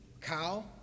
cow